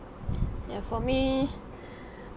ya for me